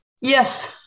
Yes